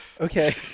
Okay